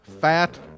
Fat